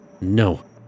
No